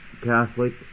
Catholic